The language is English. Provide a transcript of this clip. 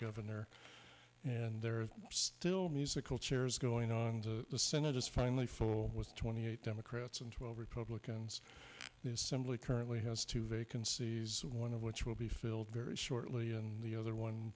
governor and there are still musical chairs going on the senate is finally full with twenty eight democrats and twelve republicans the assembly currently has two vacancies one of which will be filled very shortly and the other one